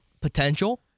potential